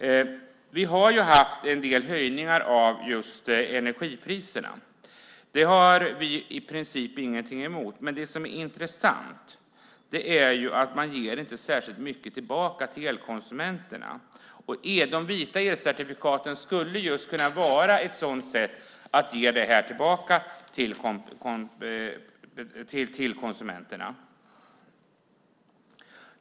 Vi har haft en del höjningar av energipriserna. Det har vi i princip ingenting emot. Men det intressanta är att man inte ger speciellt mycket tillbaka till elkonsumenterna. De vita elcertifikaten skulle kunna vara ett sätt att ge detta tillbaka till konsumenterna.